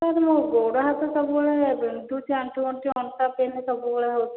sir ମୋ ଗୋଡ଼ ହାତ ସବୁବେଳେ ବିନ୍ଧୁଛି ଆଣ୍ଠୁ ଗଣ୍ଠି ଅଣ୍ଟା ପେନ୍ ସବୁବେଳେ ହେଉଛି